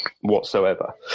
whatsoever